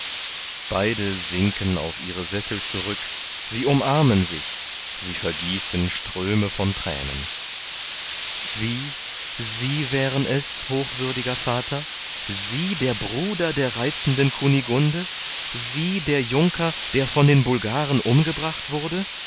beide sinken auf ihre sessel zurück sie umarmen sich sie vergießen ströme von thränen wie sie wären es hochwürdiger vater sie der bruder der reizenden kunigunde sie der junker der von den bulgaren umgebracht wurde